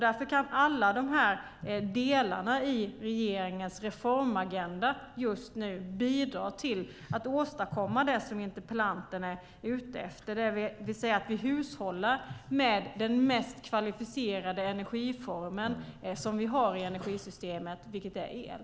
Därför kan alla dessa delar i regeringens reformagenda just nu bidra till att åstadkomma det som interpellanten är ute efter, det vill säga att vi hushållar med den mest kvalificerade energiform som vi har i energisystemet, nämligen el.